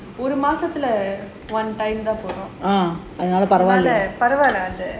ஒரு மாசத்துல:oru maasathula one time தான் போறோம் அதுனால பரவால்ல அது:thaan porom athunaala paravalla athu